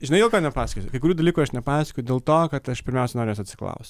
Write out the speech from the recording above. žinai dėl ko nepasakosiu kai kurių dalykų aš nepasakoju dėl to kad aš pirmiausia noriu jos atsiklaus